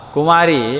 Kumari